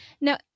Now